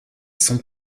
son